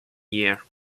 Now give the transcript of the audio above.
year